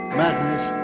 madness